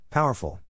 Powerful